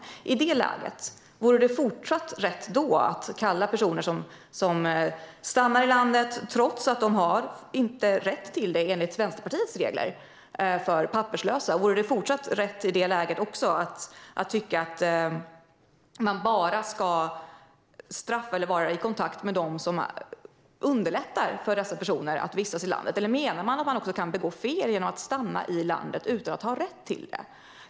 Vore det i detta läge fortfarande rätt att kalla personer som stannar i landet trots att de enligt Vänsterpartiets regler inte har rätt till det för papperslösa? Vore det även i det läget rätt att tycka att man bara ska vara i kontakt med dem som underlättar för dessa personer att vistas i landet? Eller är det så att personer också kan begå fel genom att stanna i landet utan att ha rätt till det?